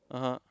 (uh huh)